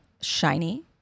shiny